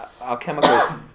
alchemical